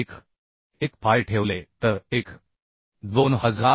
1 फाय ठेवले तर 1